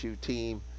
team